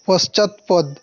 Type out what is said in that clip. পশ্চাৎপদ